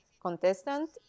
contestant